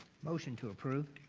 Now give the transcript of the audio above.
motion to approve.